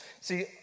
See